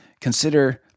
Consider